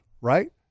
right